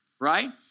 right